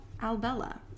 Albella